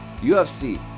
UFC